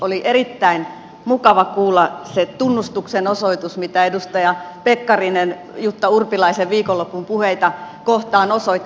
oli erittäin mukava kuulla se tunnustuksen osoitus mitä edustaja pekkarinen jutta urpilaisen viikonlopun puheita kohtaan osoitti